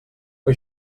que